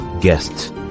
guests